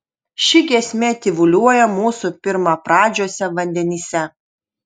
ši giesmė tyvuliuoja mūsų pirmapradžiuose vandenyse